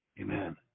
Amen